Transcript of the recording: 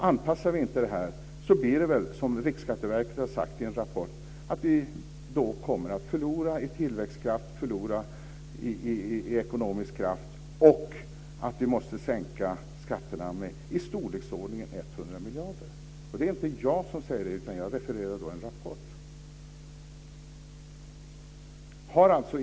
Anpassar vi inte det här blir det väl som Riksskatteverket har sagt i en rapport; att vi kommer att förlora i tillväxtkraft, förlora i ekonomisk kraft. De har också sagt att vi måste sänka skatterna med i storleksordningen 100 miljarder kronor. Det är inte jag som säger det utan jag refererar en rapport.